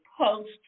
post